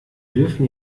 dürfen